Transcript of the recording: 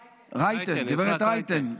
לא, רייטן, אפרת רייטן.